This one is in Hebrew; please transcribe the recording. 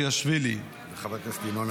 מושיאשוילי -- וחבר הכנסת ינון אזולאי.